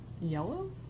Yellow